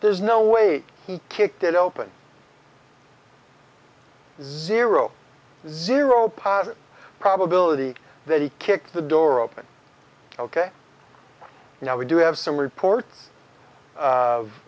there's no wait he kicked it open zero zero pa probability that he kicked the door open ok now we do have some reports of